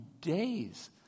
days